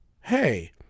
Hey